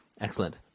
Excellent